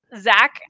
Zach